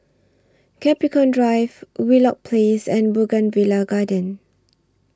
Capricorn Drive Wheelock Place and Bougainvillea Garden